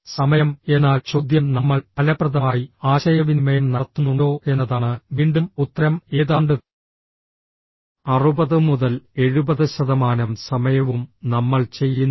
സമയം എന്നാൽ ചോദ്യം നമ്മൾ ഫലപ്രദമായി ആശയവിനിമയം നടത്തുന്നുണ്ടോ എന്നതാണ് വീണ്ടും ഉത്തരം ഏതാണ്ട് 60 മുതൽ 70 ശതമാനം സമയവും നമ്മൾ ചെയ്യുന്നില്ല